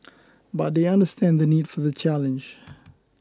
but they understand the need for the challenge